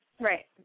Right